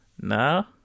No